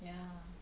ya